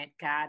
God